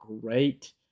great